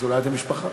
אז אולי אתם משפחה.